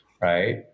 right